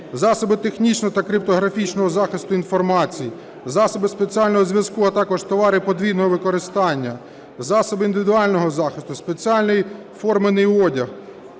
засоби технічного та криптографічного захисту інформації, засоби спеціального зв'язку, а також товари подвійного використання, засоби індивідуального захисту, спеціальний (формений) одяг,